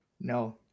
No